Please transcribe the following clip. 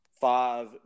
five